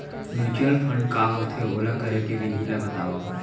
mutual fund का होथे, ओला करे के विधि ला बतावव